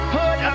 put